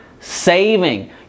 saving